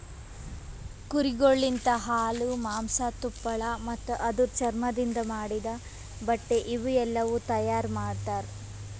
ಕುರಿಗೊಳ್ ಲಿಂತ ಹಾಲು, ಮಾಂಸ, ತುಪ್ಪಳ ಮತ್ತ ಅದುರ್ ಚರ್ಮದಿಂದ್ ಮಾಡಿದ್ದ ಬಟ್ಟೆ ಇವುಯೆಲ್ಲ ತೈಯಾರ್ ಮಾಡ್ತರ